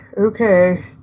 okay